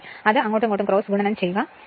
അത് അന്യോന്യം ഗുണനം ചെയ്യുക ചെയുക